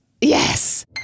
Yes